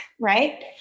right